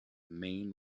maine